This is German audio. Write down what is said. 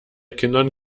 kindern